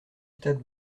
stade